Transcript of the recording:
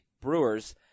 Brewers